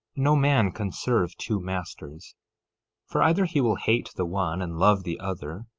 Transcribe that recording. no man can serve two masters for either he will hate the one and love the other,